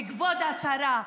וכבוד השרה,